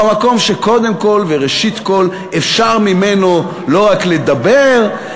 המקום שקודם כול וראשית כול אפשר ממנו לא רק לדבר,